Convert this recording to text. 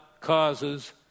causes